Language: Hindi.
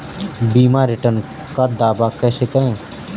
बीमा रिटर्न का दावा कैसे करें?